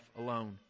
alone